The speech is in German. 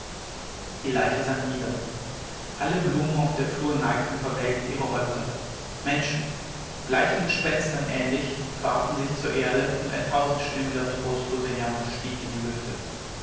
die leiche sank nieder alle blumen auf der flur neigten verwelkt ihre häupter menschen bleichen gespenstern ähnlich warfen sich zur erde und ein tausendstimmiger trostloser jammer stieg in die lüfte